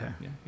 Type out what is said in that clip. Okay